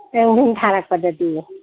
ꯊꯥꯔꯛꯄꯗꯗꯤ